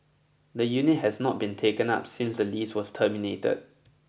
the unit has not been taken up since the lease was terminated